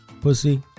pussy